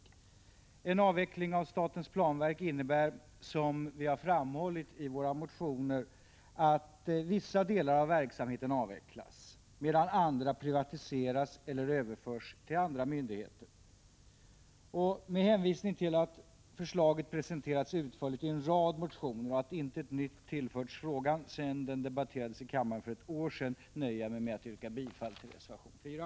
Vårt förslag om avveckling av statens planverk innebär, som vi har framhållit i våra motioner, att vissa delar av verksamheten avvecklas medan andra privatiseras eller överförs till andra myndigheter. Med hänvisning till att förslaget presenterats utförligt i en rad motioner och att intet nytt tillförts frågan sedan den debatterades i kammaren för ett år sedan nöjer jag mig med att yrka bifall till reservation 4.